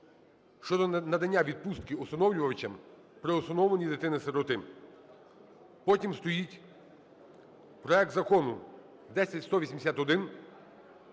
щодо надання відпустки усиновлювачам при усиновленні дитини-сироти. Потім стоїть проект Закону 10181